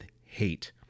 hate